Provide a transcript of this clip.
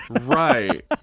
right